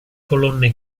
colonne